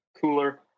cooler